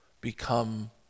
become